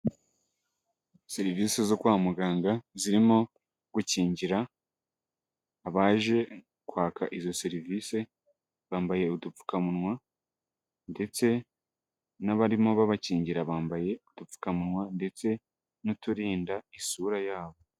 Serivisi zo kwa muganga zirimo gukingira, abaje kwaka izo serivisi bambaye udupfukamunwa, ndetse n'abarimo babakingira bambaye udupfukamunwa, ndetse n'uturinda isura yabo.